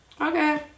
Okay